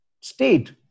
state